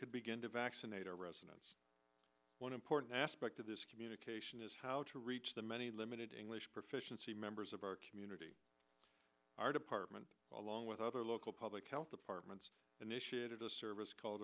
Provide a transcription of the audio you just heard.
could begin to vaccinate our residents one important aspect of this communication is how to reach the many limited english proficiency members of our community our department along with other local public health departments initiated a service called